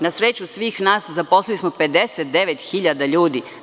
Na sreću svih nas, zaposlili smo 59 hiljada ljudi.